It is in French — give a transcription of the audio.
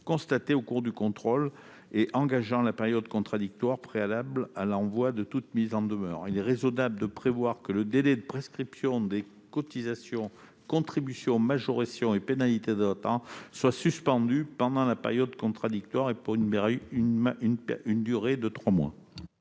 ses observations et engageant la période contradictoire préalable à l'envoi de toute mise en demeure. Il est raisonnable de prévoir que le délai de prescription des cotisations, contributions, majorations et pénalités de retard soit suspendu pendant la période contradictoire et pour une durée maximale de trois mois.